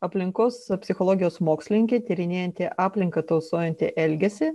aplinkos psichologijos mokslininkė tyrinėjanti aplinką tausojantį elgesį